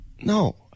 No